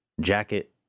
jacket